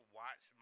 watch